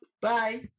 Bye